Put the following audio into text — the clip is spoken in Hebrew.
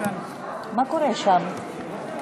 מה קורה שם?